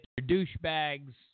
douchebags